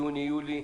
יוני-יולי.